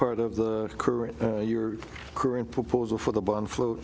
report of the current your current proposal for the bond float